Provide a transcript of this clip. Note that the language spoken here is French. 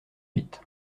huit